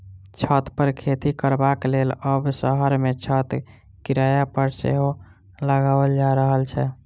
छत पर खेती करबाक लेल आब शहर मे छत किराया पर सेहो लगाओल जा रहल छै